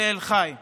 תל חי.